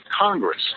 Congress